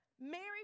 Mary